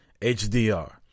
HDR